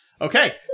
Okay